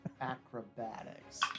acrobatics